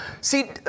See